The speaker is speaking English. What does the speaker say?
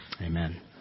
amen